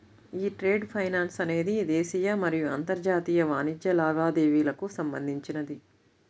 యీ trade finance అనేది దేశీయ మరియు అంతర్జాతీయ వాణిజ్య లావాదేవీలకు సంబంధించినది